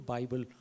Bible